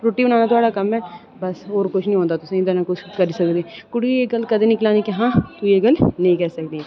रुट्टी बनाना थुआढ़ा कम ऐ बस होर किश नेईं औंदा तुसें गी नां गै तुस करी सकदे कुड़ियें गी एह् गल्ल कदें नेईं गलान्नी कि तूं एह् कम नेईं करी सकदी